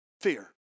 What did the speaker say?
fear